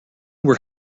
were